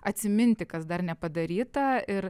atsiminti kas dar nepadaryta ir